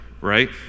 Right